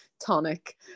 tonic